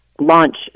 launch